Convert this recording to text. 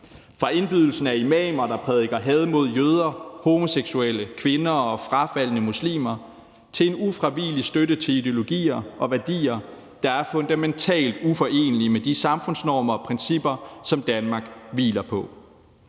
fra indbydelsen af imamer, der prædiker had mod jøder, homoseksuelle, kvinder og frafaldne muslimer, til en ufravigelig støtte til ideologier og værdier, der er fundamentalt uforenelige med de samfundsnormer og -principper, som Danmark hviler på.